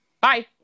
Bye